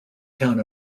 town